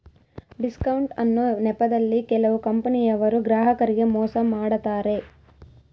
discount ಅನ್ನೊ ನೆಪದಲ್ಲಿ ಕೆಲವು ಕಂಪನಿಯವರು ಗ್ರಾಹಕರಿಗೆ ಮೋಸ ಮಾಡತಾರೆ